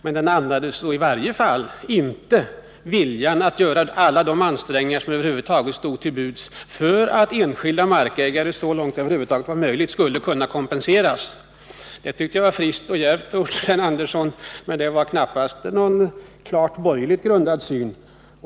Men propositionen andades i varje fall inte viljan att göra alla de ansträngningar som måste göras för att enskilda markägare, så långt det över huvud taget var möjligt, skulle kunna kompenseras. Jag tycker det var friskt och djärvt gjort, Sven Andersson, att ta ansvaret för propositionen, men det var knappast någon klart borgerligt grundad syn.